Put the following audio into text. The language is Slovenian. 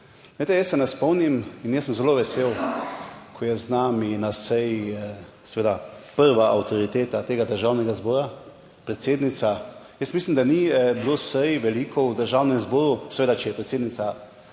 Glejte, jaz se ne spomnim in jaz sem zelo vesel, ko je z nami na seji seveda prva avtoriteta tega državnega zbora, predsednica. Jaz mislim, da ni bilo sej veliko v Državnem zboru, seveda, če je predsednica